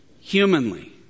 humanly